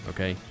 Okay